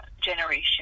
generation